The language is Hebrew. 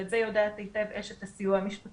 ואת זה יודעת היטב אשת הסיוע המשפטי,